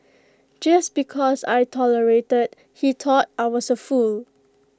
just because I tolerated he thought I was A fool